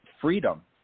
freedom